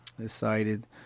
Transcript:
Decided